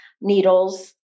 needles